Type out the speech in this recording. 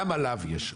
גם עליו יש.